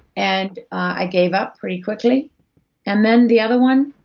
and i gave up pretty quickly and then the other one?